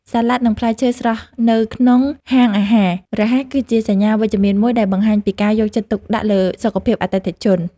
សាឡាត់និងផ្លែឈើស្រស់នៅក្នុងហាងអាហាររហ័សគឺជាសញ្ញាវិជ្ជមានមួយដែលបង្ហាញពីការយកចិត្តទុកដាក់លើសុខភាពអតិថិជន។